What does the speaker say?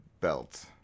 belt